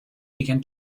began